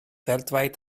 weltweit